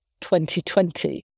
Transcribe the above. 2020